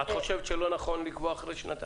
את חושבת שלא נכון לקבוע אחרי שנתיים?